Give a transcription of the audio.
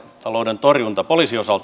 talouden torjunta poliisin osalta